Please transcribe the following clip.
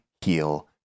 heal